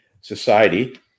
society